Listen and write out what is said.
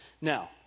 Now